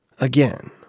Again